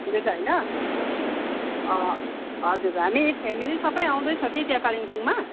ठिकै छ होइन हजुर हामी फ्यामिली सबै आउँदैछौँ कि त्यहाँ कालिम्पोङमा